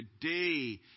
today